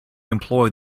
employed